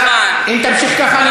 נכון, כבוד גדול.